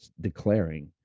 declaring